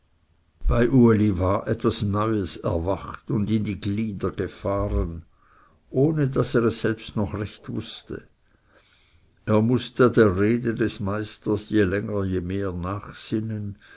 bei uli war etwas neues erwacht und in die glieder gefahren ohne daß er es selbst noch recht wußte er mußte der rede des meisters je länger je mehr nachsinnen